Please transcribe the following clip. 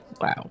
Wow